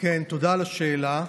תודה על השאלה.